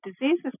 diseases